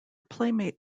playmate